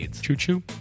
Choo-choo